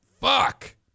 Fuck